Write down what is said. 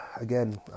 again